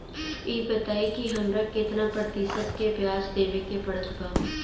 ई बताई की हमरा केतना प्रतिशत के ब्याज देवे के पड़त बा?